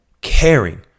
caring